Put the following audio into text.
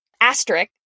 asterisk